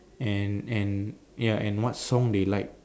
and and ya and what song they like